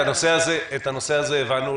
את הנושא הזה הבנו,